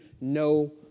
no